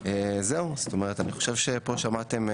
אני חושב שפה שמעתם,